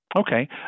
Okay